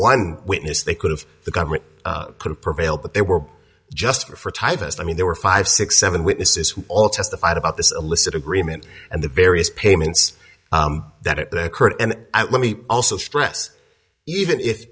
one witness they could have the government could prevail but they were just for typist i mean there were five six seven witnesses who all testified about this illicit agreement and the various payments that it occurred and i let me also stress even if